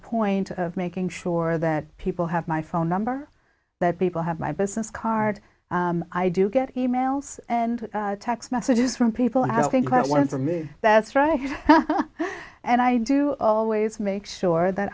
point of making sure that people have my phone number that people have my business card i do get e mails and text messages from people and i think that one for me that's right and i do always make sure that